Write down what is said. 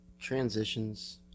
transitions